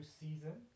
season